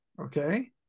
Okay